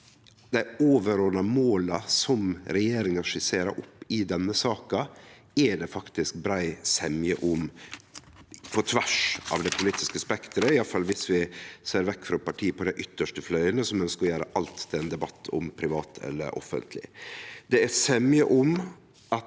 dei overordna måla regjeringa skisserer opp i denne saka, er det faktisk brei semje om på tvers av det politiske spekteret – iallfall viss vi ser vekk frå parti på dei ytste fløyene, som ønskjer å gjere alt til ein debatt om privat eller offentleg. Det er semje om at